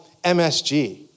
MSG